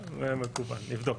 נבדוק.